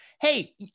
hey